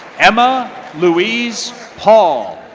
emma louise paul.